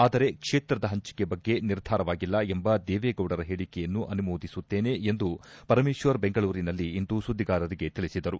ಆದರೆ ಕ್ಷೇತ್ರದ ಪಂಚಿಕೆ ಬಗ್ಗೆ ನಿರ್ಧಾರವಾಗಿಲ್ಲ ಎಂಬ ದೇವೇಗೌಡರ ಹೇಳಿಕೆಯನ್ನು ಅನುಮೋದಿಸುತ್ತೇನೆ ಎಂದು ಪರಮೇಶ್ವರ್ ಬೆಂಗಳೂರಿನಲ್ಲಿಂದು ಸುದ್ದಿಗಾರರಿಗೆ ತಿಳಿಸಿದರು